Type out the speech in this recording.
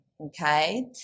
okay